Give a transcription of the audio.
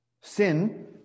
Sin